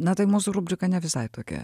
na tai mūsų rubrika ne visai tokia